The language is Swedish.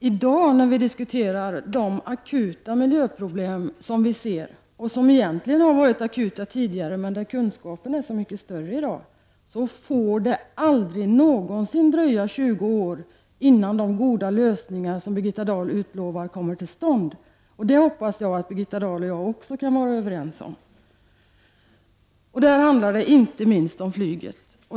När vi i dag diskuterar de akuta miljöproblemen, som egentligen har varit akuta tidigare, men kunskapen är så mycket större i dag, så måste vi inse att det aldrig någonsin får dröja 20 år innan de goda lösningar som Birgitta Dahl utlovar kommer till stånd. Jag hoppas att Birgitta Dahl och jag kan vara överens även om detta. I detta sammanhang handlar det inte minst om flyget.